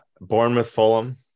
Bournemouth-Fulham